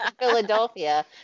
philadelphia